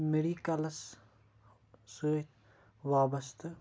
میٚڈِکَلَس سۭتۍ وابسطہٕ